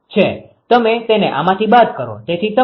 તેથી તમને 𝑄𝐶168